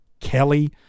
Kelly